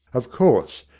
of course,